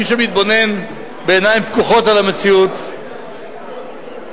אלא שמי שמתבונן בעיניים פקוחות על המציאות וגם